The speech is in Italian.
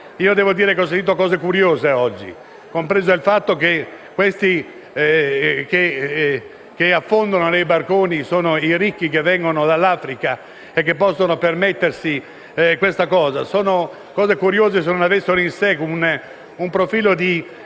Devo dire che ho sentito cose curiose oggi, compreso il fatto che le persone che affondano sui barconi sarebbero i ricchi che vengono dall'Africa e che possono permettersi il viaggio. Cose che sarebbero curiose se non avessero in sé un profilo di